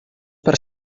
per